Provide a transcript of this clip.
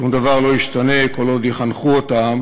שום דבר לא ישתנה כל עוד יחנכו אותם